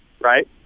right